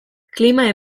klima